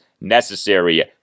necessary